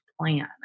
plan